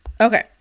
Okay